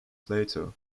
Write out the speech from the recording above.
plato